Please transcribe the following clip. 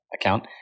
account